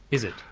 is it.